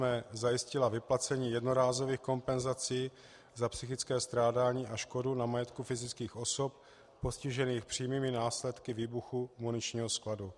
VII. zajistila vyplacení jednorázových kompenzací za psychické strádání a škodu na majetku fyzických osob postižených přímými následky výbuchu muničního skladu.